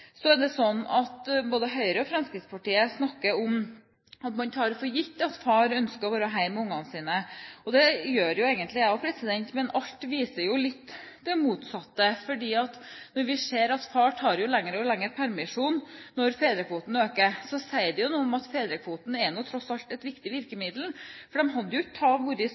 Både Høyre og Fremskrittspartiet snakker om at man tar for gitt at far ønsker å være hjemme med barna sine, og det gjør jo egentlig jeg også. Men alt viser det motsatte, for når vi ser at far tar lengre og lengre permisjon når fedrekvoten øker, så sier det noe om at fedrekvoten tross alt er et viktig virkemiddel, for de hadde jo ikke